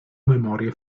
memorie